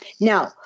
Now